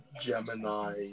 Gemini